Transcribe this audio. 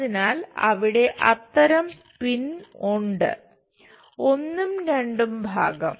അതിനാൽ അവിടെ അത്തരം പിൻ ഉണ്ട് ഒന്നും രണ്ടും ഭാഗം